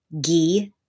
ghee